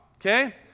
Okay